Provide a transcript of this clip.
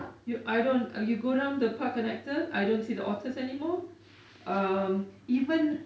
you I don't you go down to the park connector I don't see the otters anymore uh even